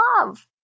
love